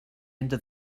into